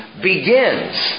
begins